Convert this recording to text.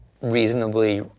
reasonably